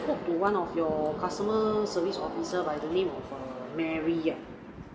spoke to one of your customer service officer by the name of err mary eh